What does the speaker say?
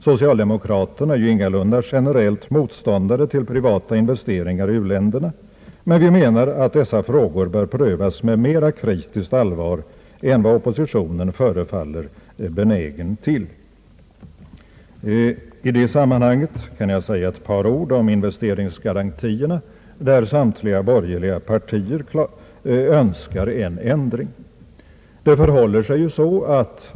Socialdemokraterna är ju ingalunda generellt motståndare till privata investeringar i u-länderna, men vi menar att dessa frågor bör prövas med mera kritiskt allvar än vad oppositionen förefaller benägen till. I detta sammanhang kan jag säga några ord om investeringsgarantierna. Samtliga borgerliga partier önskar härvidlag en ändring.